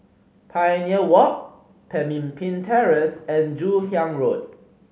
Pioneer Walk Pemimpin Terrace and Joon Hiang Road